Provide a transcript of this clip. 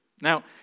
Now